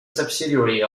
subsidiary